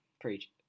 Preach